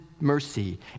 mercy